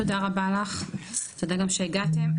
תודה רבה לך, תודה גם שהגעתם.